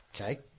Okay